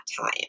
time